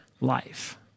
life